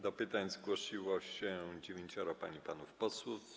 Do pytań zgłosiło się dziewięcioro pań i panów posłów.